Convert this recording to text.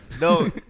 No